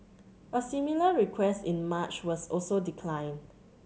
a similar request in March was also declined